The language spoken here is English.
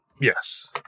Yes